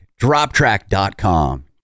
Droptrack.com